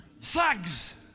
Thugs